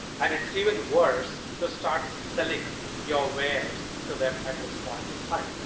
and it's even worse to start selling your wares to them at this point in time.